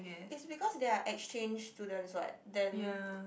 it's because they are exchange students what then